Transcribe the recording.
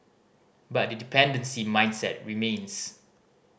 but the dependency mindset remains